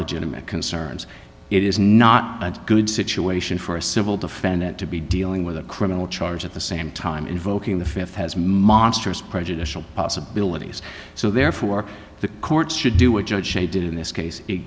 legitimate concerns it is not a good situation for a civil defendant to be dealing with a criminal charge at the same time invoking the th has monstrous prejudicial possibilities so therefore the courts should do what judge they did in this case